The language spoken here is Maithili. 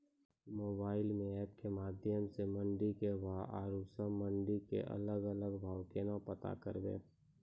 मोबाइल म एप के माध्यम सऽ मंडी के भाव औरो सब मंडी के अलग अलग भाव केना पता करबै?